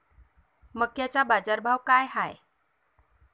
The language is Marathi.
मक्याचा बाजारभाव काय हाय?